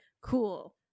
Cool